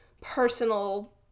personal